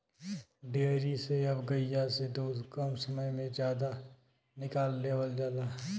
dairy से अब गइया से दूध कम समय में जादा निकाल लेवल जाला